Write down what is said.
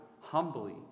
humbly